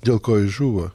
dėl ko jis žuvo